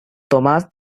tomás